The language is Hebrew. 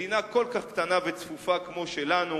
במדינה כל כך קטנה וצפופה כמו שלנו,